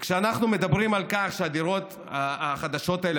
כשאנחנו מדברים על כך שהזוגות הצעירים